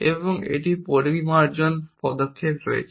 এবং একটি পরিমার্জন পদক্ষেপ রয়েছে